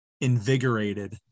invigorated